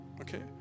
Okay